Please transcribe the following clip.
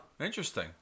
Interesting